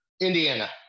Indiana